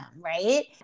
right